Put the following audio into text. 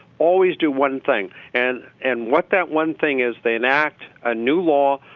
always do one thing and and what that one thing is then act a new law ah.